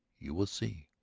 you will see!